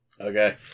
Okay